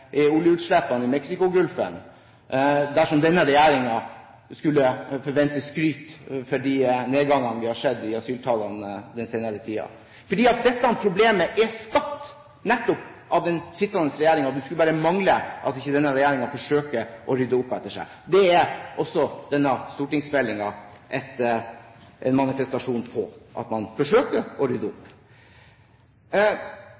etter oljeutslippene i Mexicogolfen, dersom denne regjeringen skulle forvente skryt for den nedgangen vi har sett i asyltallene den senere tiden. For dette problemet er skapt nettopp av den sittende regjeringen. Det skulle bare mangle at ikke denne regjeringen forsøker å rydde opp etter seg. Det er også denne stortingsmeldingen en manifestasjon på – at man forsøker å rydde